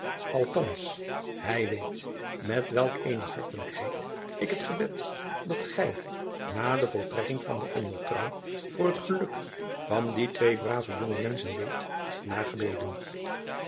lthans ij weet met welk eene hartelijkheid ik het gebed dat gij na de voltrekking van de ondertrouw voor het geluk van die twee brave jonge menschen deedt heb nagebeden